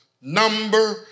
number